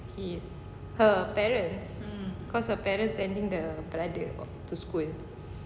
his her parents cause the parents sending the brother to school